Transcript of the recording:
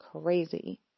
crazy